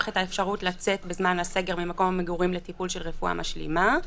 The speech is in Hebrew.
את האפשרות לצאת בזמן הסגר ממקום המגורים לטיפול של רפואה משלימה.